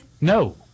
No